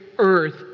earth